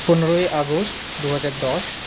পনেরোই আগস্ট দু হাজার দশ